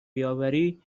بیاوری